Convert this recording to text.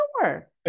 sure